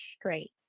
straight